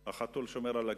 החתול שומר על הגבינה.